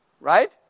Right